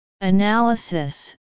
Analysis